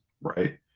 right